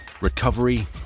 recovery